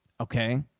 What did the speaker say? okay